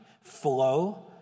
flow